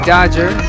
Dodger